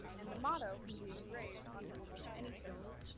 and the motto can be engraved onto almost any surface.